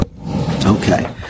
Okay